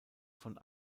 von